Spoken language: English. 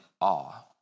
awe